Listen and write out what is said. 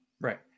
Right